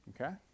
okay